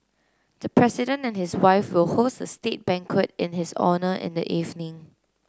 the President and his wife will host a state banquet in his honour in the evening